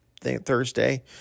Thursday